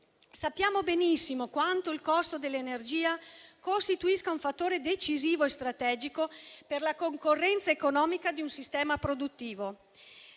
Sappiamo benissimo quanto il costo dell'energia costituisca un fattore decisivo e strategico per la concorrenza economica di un sistema produttivo.